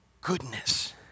goodness